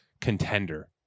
contender